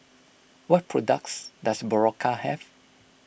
what products does Berocca have